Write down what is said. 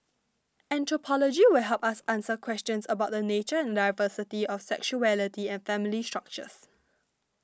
anthropology will help us answer questions about the nature and diversity of sexuality and family structures